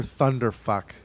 Thunderfuck